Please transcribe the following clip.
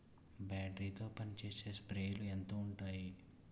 Battery తో పనిచేసే స్ప్రేలు ఎంత ఉంటాయి?